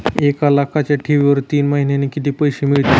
एक लाखाच्या ठेवीवर तीन महिन्यांनी किती पैसे मिळतील?